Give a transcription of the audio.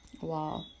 Wow